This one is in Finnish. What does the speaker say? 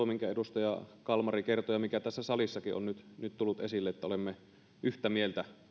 minkä edustaja kalmari kertoi ja mikä tässä salissakin on nyt nyt tullut esille että olemme yhtä mieltä